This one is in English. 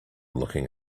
looking